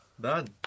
Done